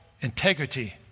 integrity